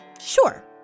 sure